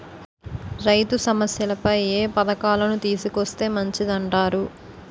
రైతు సమస్యలపై ఏ పథకాలను తీసుకొస్తే మంచిదంటారు?